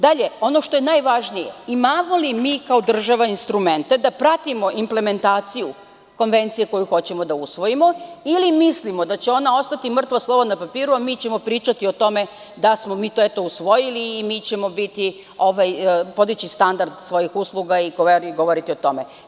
Dalje, ono što je najvažnije, imamo li mi kao država instrumente da pratimo implementaciju konvencije koju hoćemo da usvojimo ili mislimo da će ona ostati mrtvo slovo na papiru a mi ćemo pričati da smo mi to usvojili i podići ćemo standard svojih usluga i, ko veli, govoriti o tome?